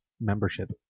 membership